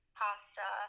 pasta